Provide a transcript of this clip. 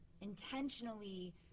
intentionally